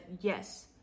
yes